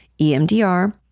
EMDR